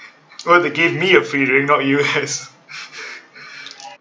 well they gave me a free drink not you yes